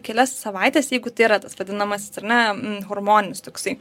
kelias savaites jeigu tai yra tas vadinamasis ar ne hormoninis toksai